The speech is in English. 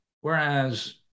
whereas